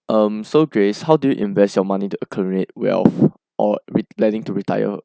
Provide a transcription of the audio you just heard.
um so grace how do you invest your money to accumulate wealth or with leading to retire